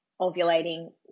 ovulating